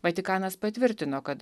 vatikanas patvirtino kad